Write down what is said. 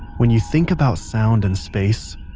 when you think about sound in space,